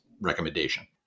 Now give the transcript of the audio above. recommendation